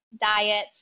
diets